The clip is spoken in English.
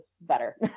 better